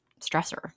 stressor